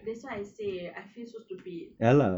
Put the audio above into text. that's why I say I feel so stupid